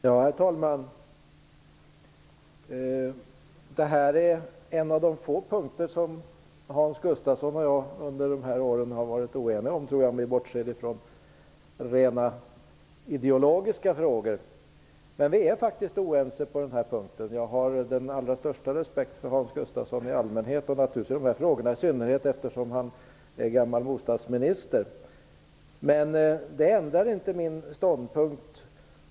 Herr talman! Här har vi en av de få punkter där Hans Gustafsson och jag har varit oeniga under åren vi har suttit tillsammans i riksdagen, om vi bortser från rent ideologiska frågor. Men vi är faktiskt oense på den här punkten. Jag har den allra största respekt för Hans Gustafsson i allmänhet och naturligtvis i sådana här frågor i synnerhet, eftersom han är gammal bostadsminister. Men det ändrar inte min ståndpunkt.